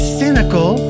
cynical